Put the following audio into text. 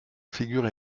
figure